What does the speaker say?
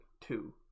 two